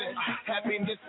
Happiness